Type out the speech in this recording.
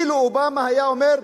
אילו אובמה היה אומר,